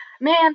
Man